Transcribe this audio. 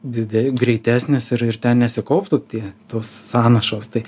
dide greitesnis ir ir ten nesikauptų tie tos sąnašos tai